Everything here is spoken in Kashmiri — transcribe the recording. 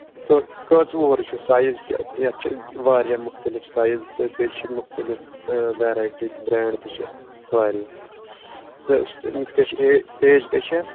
کٔژ کٔژ وُہُر چھُ سایز کیاہ یَتھ چھُ واریاہ مُختٔلِف سایز تہٕ بیٚیہِ چھِ مُختٔلِف ویرایٹی تہِ برینڈ تہِ چھِ واریاہ تہٕ أمِس کیاہ چھِ ایج ایج کیاہ چھَس